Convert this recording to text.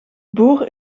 boer